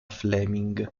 fleming